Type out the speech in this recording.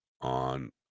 on